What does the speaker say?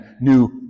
new